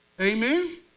Amen